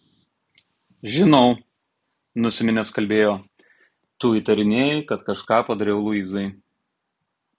žinau nusiminęs kalbėjo tu įtarinėji kad kažką padariau luizai